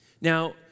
Now